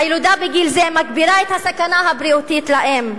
הילודה בגיל זה מגבירה את הסכנה הבריאותית לאם.